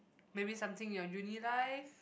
maybe something in your uni life